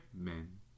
men